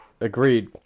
agreed